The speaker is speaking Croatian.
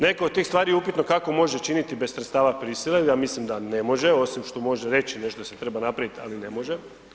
Neke od tih stvari je upitno kako može činit bez sredstava prisile, ja mislim da ne može osim što može reći nešto da se treba napraviti ali ne može.